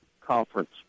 conference